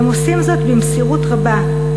הם עושים זאת במסירות רבה,